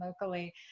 locally